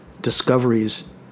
discoveries